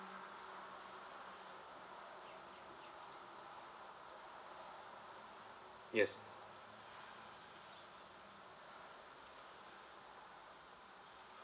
yes